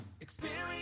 experience